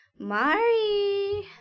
Mari